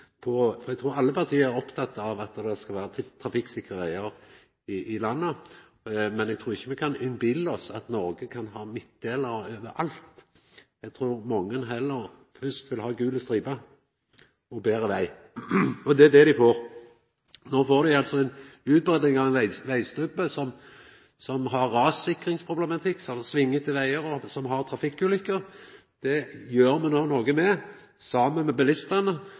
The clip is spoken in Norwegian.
endrar kursen. Eg trur alle parti er opptekne av at det skal vera trafikksikre vegar i landet, men me kan ikkje innbilla oss at Noreg kan ha midtdelarar overalt. Eg trur mange heller fyrst vil ha gule striper og betre veg – og det er det dei får. No får dei altså ei utbetring av ein vegstubb med rassikringsproblematikk, svingar og trafikkulykker. Dette gjer me no noko med, saman med bilistane